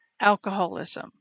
alcoholism